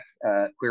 queer